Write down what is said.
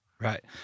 Right